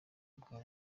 bwa